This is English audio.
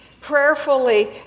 prayerfully